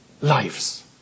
lives